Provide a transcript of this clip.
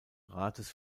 rates